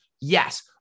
Yes